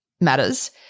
matters